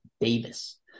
Davis